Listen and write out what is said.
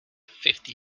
fifty